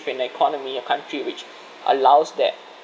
in the economy a country which allows that